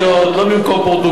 לא במקום פורטוגל,